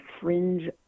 fringe